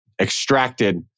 extracted